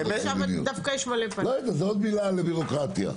זה עוד מילה לבירוקרטיה.